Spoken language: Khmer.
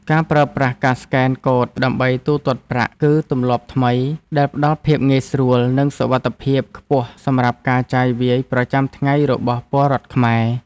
ការប្រើប្រាស់ការស្កេនកូដដើម្បីទូទាត់ប្រាក់ គឺទម្លាប់ថ្មីដែលផ្ដល់ភាពងាយស្រួល និងសុវត្ថិភាពខ្ពស់សម្រាប់ការចាយវាយប្រចាំថ្ងៃរបស់ពលរដ្ឋខ្មែរ។